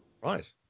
Right